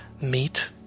meet